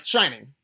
Shining